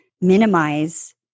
minimize